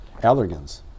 allergens